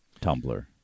Tumblr